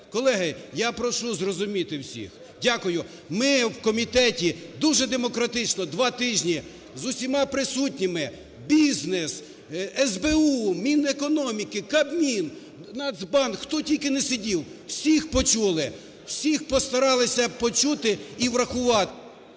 Колеги, я прошу зрозуміти всіх. Дякую. Ми у комітеті дуже демократично два тижні з усіма присутніми: бізнес, СБУ, Мінекономіки, Кабмін, Нацбанк, хто тільки не сидів, всіх почули, всіх постаралися почути і врахувати.